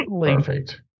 Perfect